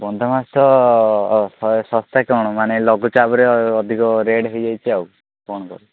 ବନ୍ଧ ମାଛ ଶହେ ଶସ୍ତା କ'ଣ ମାନେ ଲଘୁଚାପରେ ଅଧିକ ରେଟ୍ ହେଇଯାଇଛି ଆଉ କ'ଣ କରିବୁ